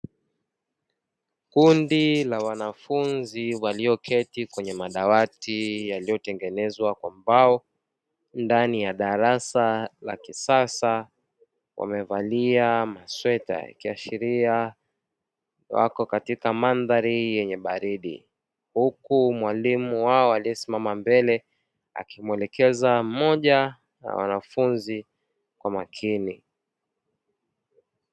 Kundi la wanafunzi waliyoketi kwenye madawati yaliyotengenezwa kwa mbao ndani ya darasa la kisasa wamevalia masweta ikiashiria wako katika mandhari yenye baridi, huku mwalimu wao aliyesimama mbele akimuelekeza mmoja wa mwanafunzi kwa makini.